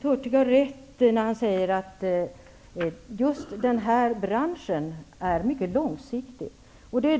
Fru talman! Bengt Hurtig har rätt när han säger att just den här branschen är mycket långsiktig.